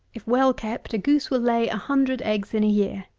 if well kept, a goose will lay a hundred eggs in a year.